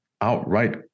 outright